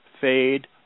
fade